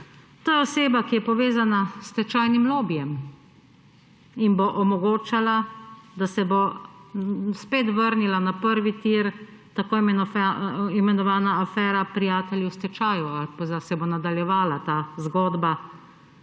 je oseba, ki je povezana s stečajnim lobijem in bo omogočala, da se bo spet vrnila na prvi tir tako imenovana afera prijateljev stečajev ali pa se bo nadaljevala ta zgodba.